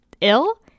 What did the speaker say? ill